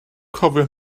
cofio